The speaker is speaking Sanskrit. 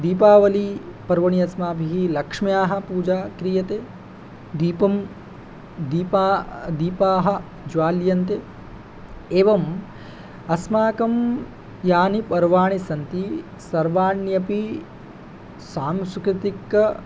दीपावलीपर्वणि अस्माभिः लक्ष्म्याः पूजा क्रियते दीपं दीपा दीपाः ज्वाल्यन्ते एवम् अस्माकं यानि पर्वाणि सन्ति सर्वाण्यपि सांस्कृतिक